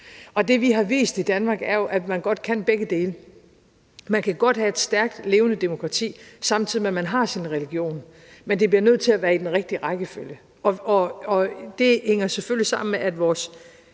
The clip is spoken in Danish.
Det, vi har vist i Danmark, er jo, at man godt kan begge dele. Man kan godt have et stærkt, levende demokrati, samtidig med at man har sin religion, men det bliver nødt til at være i den rigtige rækkefølge. Det hænger selvfølgelig sammen med, at vores